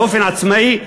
באופן עצמאי,